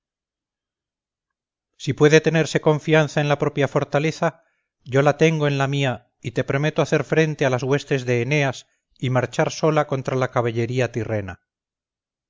si puede tenerse confianza en la propia fortaleza yo la tengo en la mía y te prometo hacer frente a las huestes de eneas y marchar sola contra la caballería tirrena